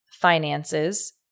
finances